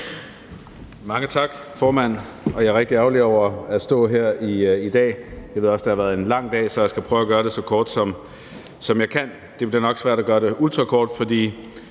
Mange tak, formand. Jeg er rigtig ærgerlig over at stå her i dag. Jeg ved også, at det har været en lang dag, så jeg skal prøve at gøre det så kort, som jeg kan. Det bliver nok svært at gøre det ultrakort, for